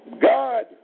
God